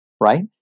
right